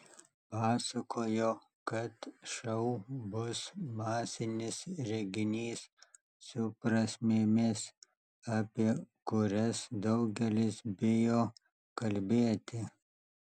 pasakojo kad šou bus masinis reginys su prasmėmis apie kurias daugelis bijo kalbėti